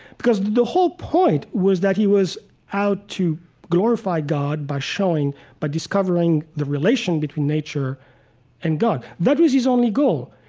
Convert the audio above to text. because the whole point was that he was out to glorify god by showing by discovering the relation between nature and god. that was his only goal.